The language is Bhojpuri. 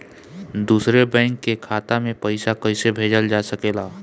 दूसरे बैंक के खाता में पइसा कइसे भेजल जा सके ला?